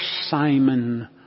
simon